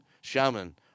shaman